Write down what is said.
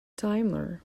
daimler